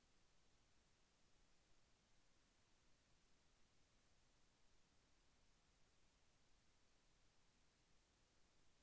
నత్రజని, భాస్వరం, పొటాష్ వంటి పోషకాల నిర్వహణకు తీసుకోవలసిన జాగ్రత్తలు ఏమిటీ?